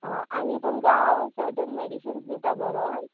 आनी तुमकां हांव सटन मॅडिसिन्स दिता बरोवन